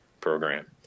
program